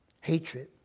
hatred